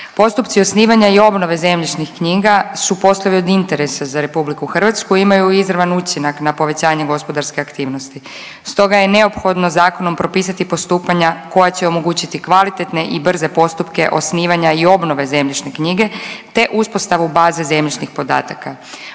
Postupci osnivanja i obnove zemljišnih knjiga su poslovi od interesa za RH i imaju izravan učinak na povećanje gospodarske aktivnosti. Stoga je neophodno zakonom propisati postupanja koja će omogućiti kvalitetne i brze postupke osnivanja i obnove zemljišne knjige, te uspostavu baze zemljišnih podataka.